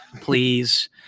please